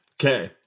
Okay